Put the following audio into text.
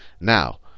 Now